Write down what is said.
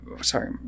sorry